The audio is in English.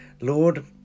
Lord